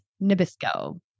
Nabisco